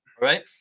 right